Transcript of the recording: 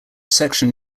section